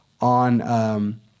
on